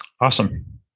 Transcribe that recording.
awesome